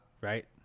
right